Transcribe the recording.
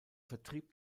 vertrieb